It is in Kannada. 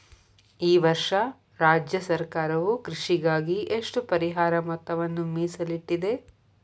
ಈ ವರ್ಷ ರಾಜ್ಯ ಸರ್ಕಾರವು ಕೃಷಿಗಾಗಿ ಎಷ್ಟು ಪರಿಹಾರ ಮೊತ್ತವನ್ನು ಮೇಸಲಿಟ್ಟಿದೆ?